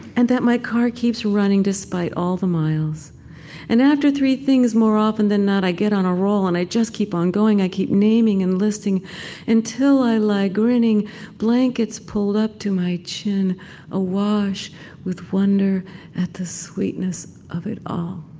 and that my car keeps running despite all the miles and after three things more often than not i get on a roll and i just keep on going i keep naming and listing until i lie grinning blankets pulled up to my chin awash with wonder at the sweetness of it all